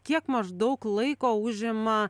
kiek maždaug laiko užima